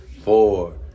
four